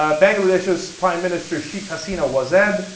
ah bank alicia's prime minister she casino was ed